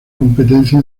competencia